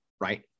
right